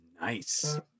Nice